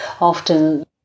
often